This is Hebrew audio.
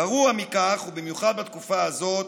גרוע מכך, ובמיוחד בתקופה הזאת,